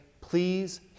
please